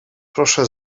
proszę